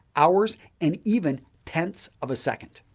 hours, and even tenths of a second.